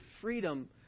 freedom